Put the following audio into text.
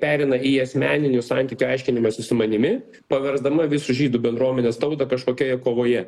pereina į asmeninių santykių aiškinimąsi su manimi paversdama visų žydų bendruomenės tautą kažkokioje kovoje